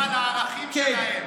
להילחם על הערכים שלהם.